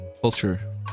culture